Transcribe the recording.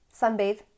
sunbathe